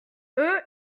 eux